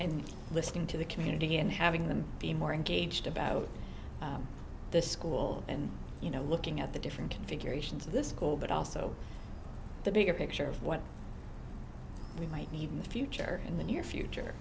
and listening to the community and having them be more engaged about the school and you know looking at the different configurations of the school but also the bigger picture of what we might need in the future in the near future